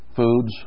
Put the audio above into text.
foods